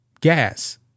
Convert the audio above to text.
Gas